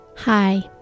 Hi